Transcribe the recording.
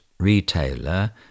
Retailer